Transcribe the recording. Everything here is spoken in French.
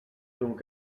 donc